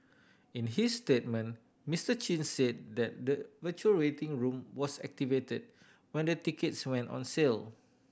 in his statement Mister Chin said that the virtual waiting room was activated when the tickets went on sale